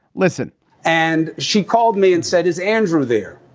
listen and she called me and said, is andrew there?